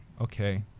okay